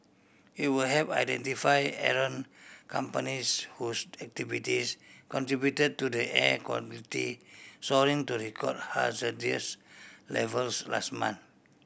it will help identify errant companies whose activities contributed to the air quality soaring to record hazardous levels last month